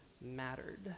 mattered